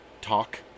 talk